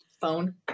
phone